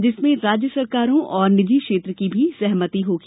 जिसमें राज्य सरकारों और निजी क्षेत्र की भी सहमति होगी